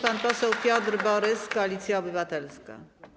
Pan poseł Piotr Borys, Koalicja Obywatelska.